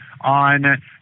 on